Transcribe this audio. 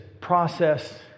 process